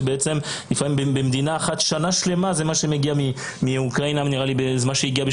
לפעמים בשנה שלמה זה מה שמגיע ממדינה אחת ועכשיו